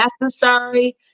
necessary